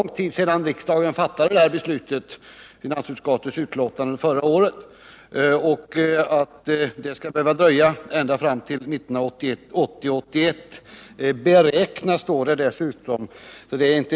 Det är ju länge sedan riksdagen fattade beslut om denna omläggning i enlighet med förslag i ett betänkande från finansutskottet förra året. Att omläggningen skall behöva dröja ända till 1980/81 är förvånande.